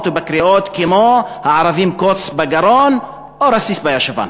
ובקריאות כמו: הערבים קוץ בגרון או רסיס בישבן.